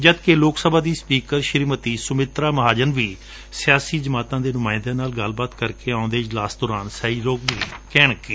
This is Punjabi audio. ਜਦਕਿ ਲੋਕ ਸਭਾ ਦੀ ਸਪੀਕਰ ਸ੍ਰੀਮਤੀ ਸੁਸਮਾ ਸਵਰਾਜ ਵੀ ਸਿਆਸੀ ਜਮਾਤਾਂ ਦੇ ਨੁਮਾਂਇੰਦਿਆਂ ਨਾਲ ਗੱਲਬਾਤ ਕਰਕੇ ਆਉਂਦੇ ਇਜਲਾਸ ਦੌਰਾਨ ਸਹਿਯੋਗ ਲਈ ਕਹਿਣਗੇ